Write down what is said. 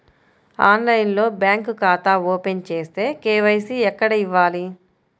ఆన్లైన్లో బ్యాంకు ఖాతా ఓపెన్ చేస్తే, కే.వై.సి ఎక్కడ ఇవ్వాలి?